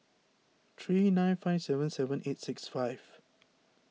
three nine five seven seven eight six five